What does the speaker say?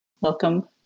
Welcome